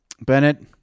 Bennett